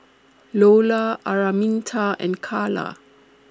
Lola Araminta and Karla